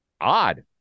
Odd